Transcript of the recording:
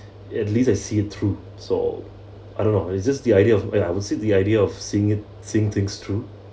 at least I see it through so I don't know it's just the idea of and I would say the idea of seeing it seeing things through